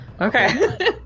Okay